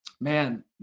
man